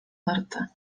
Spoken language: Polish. warte